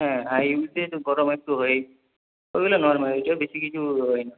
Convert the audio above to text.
হ্যাঁ আর ইউসেজ গরম একটু হয়ই ওগুলো নর্মাল ওইটায় বেশি কিছু হয় না